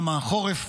גם החורף